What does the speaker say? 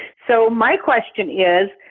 so my question is,